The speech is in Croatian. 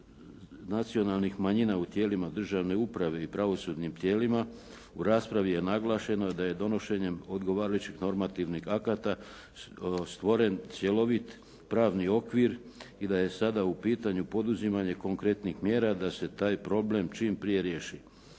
nacionalnih manjina u tijelima državne uprave i pravosudnim tijelima, u raspravi je naglašeno da je donošenjem odgovarajućih normativnih akata stvoren cjelovit pravni okvir i da je sada u pitanju poduzimanje konkretnih mjera da se taj problem čim prije riješi.